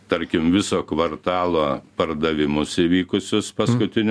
tarkim viso kvartalo pardavimus įvykusius paskutiniu